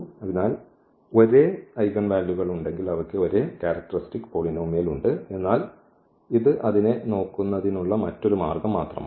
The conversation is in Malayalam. അതിനാൽ ഒരേ ഐഗൻ വാല്യൂകൾ ഉണ്ടെങ്കിൽ അവയ്ക്ക് ഒരേ ക്യാരക്ടറിസ്റ്റിക് പോളിനോമിയൽ ഉണ്ട് എന്നാൽ ഇത് അതിനെ നോക്കുന്നതിനുള്ള മറ്റൊരു മാർഗ്ഗം മാത്രമാണ്